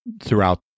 throughout